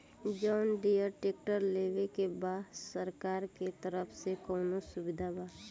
John Deere tractor लेवे के बा सरकार के तरफ से कौनो सुविधा बा?